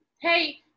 hey